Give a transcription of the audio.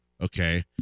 okay